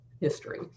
history